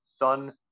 done